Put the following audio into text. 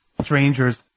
strangers